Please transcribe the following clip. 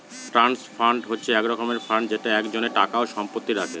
trust fund হচ্ছে এক রকমের ফান্ড যেটা একজনের টাকা ও সম্পত্তি রাখে